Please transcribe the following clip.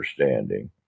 understanding